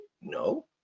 No